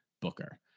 booker